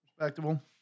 respectable